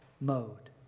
mode